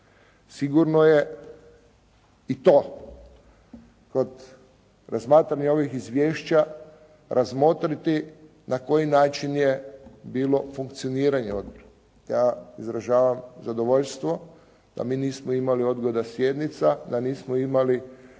Sigurno je i to kod razmatranja ovih izvješća razmotriti na koji način je bilo funkcioniranje odbora. Ja izražavam zadovoljstvo da mi nismo imali odgoda sjednica, da nismo imali